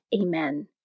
Amen